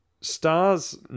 Stars